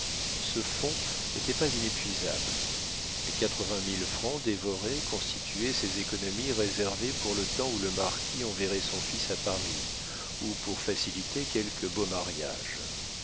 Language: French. ce fonds n'était pas inépuisable les quatre-vingt mille francs dévorés constituaient ses économies réservées pour le temps où le marquis enverrait son fils à paris ou pour faciliter quelque beau mariage